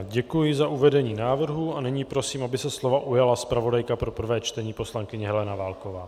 Děkuji za uvedení návrhu a nyní prosím, aby se slova ujala zpravodajka pro prvé čtení poslankyně Helena Válková.